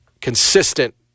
consistent